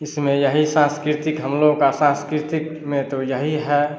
इसमें यही साँस्कृतिक हमलोग का साँस्कृतिक में तो यही है